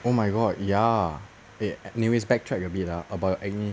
oh my god ya eh anyways backtrack a bit ah your acne